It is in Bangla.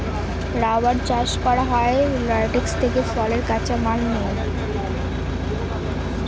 রাবার চাষ করা হয় ল্যাটেক্স থেকে ফলের কাঁচা মাল নিয়ে